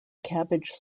cabbage